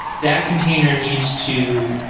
that container needs to